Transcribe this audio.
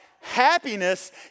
happiness